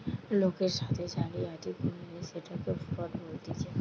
লোকের সাথে জালিয়াতি করলে সেটকে ফ্রড বলতিছে